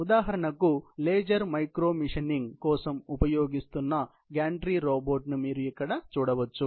ఉదాహరణకు laser micro machining కోసము ఉపయోగిస్తున్నా గ్యాం ట్రీ రోబోట్ ని మీరు ఇక్కడ చూడవచ్చు